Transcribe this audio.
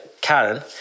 Karen